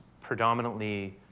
predominantly